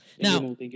Now